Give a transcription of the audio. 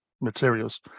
materials